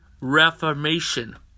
Reformation